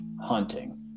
hunting